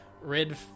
red